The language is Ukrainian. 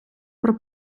про